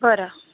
बरं